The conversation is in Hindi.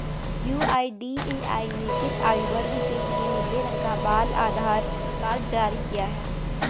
यू.आई.डी.ए.आई ने किस आयु वर्ग के लिए नीले रंग का बाल आधार कार्ड जारी किया है?